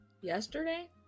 Yesterday